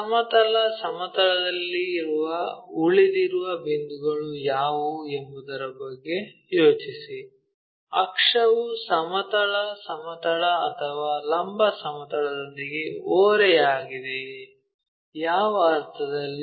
ಸಮತಲ ಸಮತಲದಲ್ಲಿ ಉಳಿದಿರುವ ಬಿಂದುಗಳು ಯಾವುವು ಎಂಬುದರ ಬಗ್ಗೆ ಯೋಚಿಸಿ ಅಕ್ಷವು ಸಮತಲ ಸಮತಲ ಅಥವಾ ಲಂಬ ಸಮತಲದೊಂದಿಗೆ ಓರೆಯಾಗಿದೆಯೇ ಯಾವ ಅರ್ಥದಲ್ಲಿ